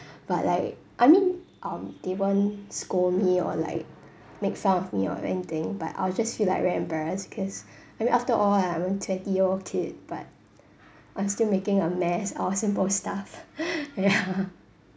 but like I mean um they won't scold me or like make fun of me or anything but I'll just feel like very embarrassed cause I mean after all I'm a twenty year old kid but I'm still making a mess of simple stuff ya